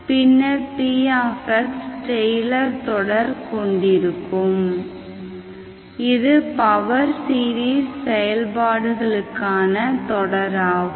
பின்னர் px Taylor தொடர் கொண்டிருக்கும் இது பவர் சீரிஸ் செயல்பாடுகளுக்கான தொடராகும்